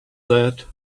that